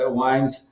wines